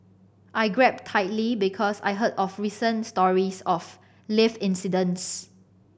I grabbed tightly because I heard of recent stories of lift incidents